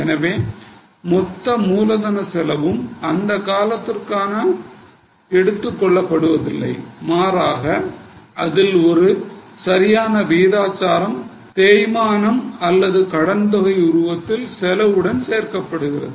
எனவே மொத்த மூலதன செலவும் அந்த காலத்திற்காக எடுத்துக் கொள்ளப்படுவதில்லை அதற்கு மாறாக ஒரு சரியான விகிதாச்சாரம் தேய்மானம் அல்லது கடன் தொகை உருவத்தில் செலவுடன் சேர்க்கப்படுகிறது